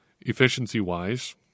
efficiency-wise